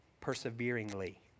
perseveringly